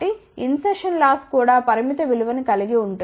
కాబట్టి insertion loss కూడా పరిమిత విలువను కలిగి ఉంటుంది